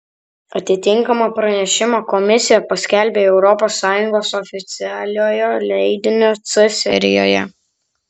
atitinkamą pranešimą komisija paskelbia europos sąjungos oficialiojo leidinio c serijoje